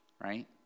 Right